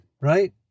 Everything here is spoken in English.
right